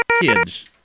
kids